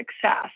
success